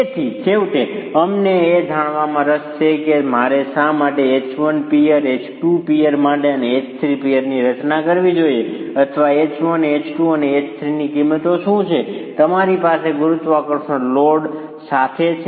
તેથી છેવટે અમને એ જાણવામાં રસ છે કે મારે શા માટે H1 પિઅર H2 પિઅર માટે અને H3 પિઅરની રચના કરવી જોઈએ અથવા H1 H2 અને H3 ની કિંમતો શું છે અને તમારી પાસે ગુરુત્વાકર્ષણ લોડ સાથે છે